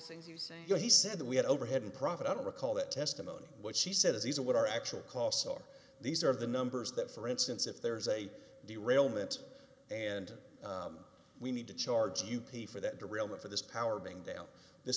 things you say you know he said that we had overhead and profit i don't recall that testimony what she said is these are what are actual costs are these are the numbers that for instance if there is a the rail moment and we need to charge you pay for that the real need for this power being down this